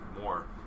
more